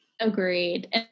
Agreed